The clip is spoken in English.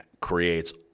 creates